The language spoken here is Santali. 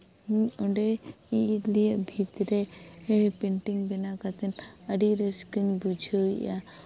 ᱤᱧ ᱚᱸᱰᱮ ᱵᱷᱤᱛ ᱨᱮ ᱯᱮᱱᱴᱤᱝ ᱵᱮᱱᱟᱣ ᱠᱟᱛᱮᱫ ᱟᱹᱰᱤ ᱨᱟᱹᱥᱠᱟᱹᱧ ᱵᱩᱡᱷᱟᱹᱣᱮᱫᱼᱟ